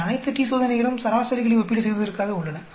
இந்த அனைத்து t சோதனைகளும் சராசரிகளை ஒப்பீடு செய்வதற்காக உள்ளன